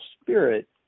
spirit